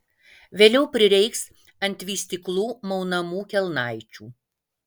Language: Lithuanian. vėliau prireiks ant vystyklų maunamų kelnaičių